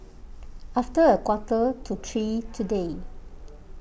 after a quarter to three today